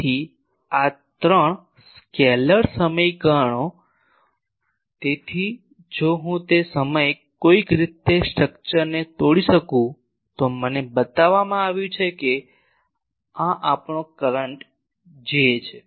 તેથી આ ત્રણ સ્કેલેર સમીકરણો તેથી જો હું તે સમયે કોઈક રીતે સ્ટ્રક્ચરને તોડી શકું તો મને બતાવવામાં આવ્યું કે આ આપણો કરંટ J છે